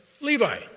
Levi